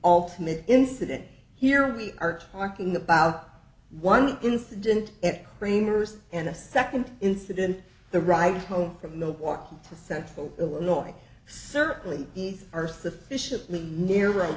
ultimate incident here we are talking about one incident at kramer's and a second incident the ride home from milwaukee to central illinois certainly these are sufficiently narro